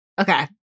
okay